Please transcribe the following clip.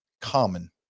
Common